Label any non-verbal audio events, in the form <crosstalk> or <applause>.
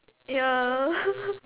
ya <laughs>